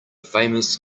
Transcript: famous